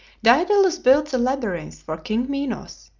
daedalus built the labyrinth for king minos,